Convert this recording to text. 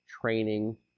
training